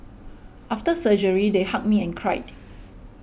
after surgery they hugged me and cried